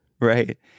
Right